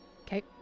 Okay